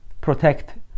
protect